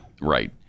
Right